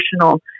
emotional